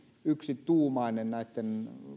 yksituumainen näitten